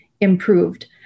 improved